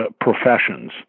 professions